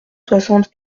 soixante